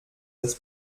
das